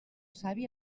savi